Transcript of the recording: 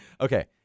Okay